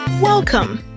Welcome